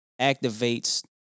activates